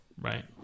right